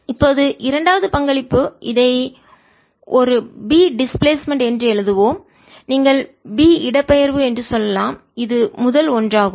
இப்போது இரண்டாவது பங்களிப்பு இதை ஒரு B டிஸ்பிளேஸ்மென்ட் என்று எழுதுவோம் நீங்கள் B இடப்பெயர்வு என்று சொல்லலாம் இது முதல் ஒன்றாகும்